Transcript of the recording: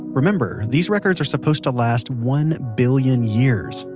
remember these records are supposed to last one billion years.